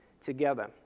together